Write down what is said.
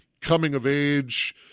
coming-of-age